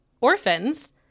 orphans